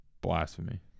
blasphemy